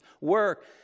work